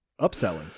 Upselling